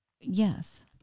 Yes